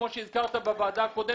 כמו שהזכרת בישיבה הקודמת,